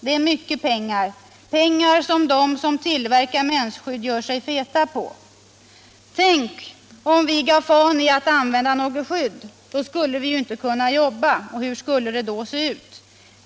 Det är mycket pengar, pengar som de som tillverkar mensskydd gör sig feta på. Tänk om vi gav fan i att använda något skydd. Då skulle vi ju inte kunna jobba. Hur skulle det då se ut?